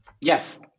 Yes